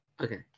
okay